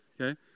okay